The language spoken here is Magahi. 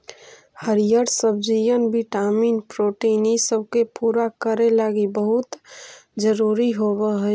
हरीअर सब्जियन विटामिन प्रोटीन ईसब के पूरा करे लागी बहुत जरूरी होब हई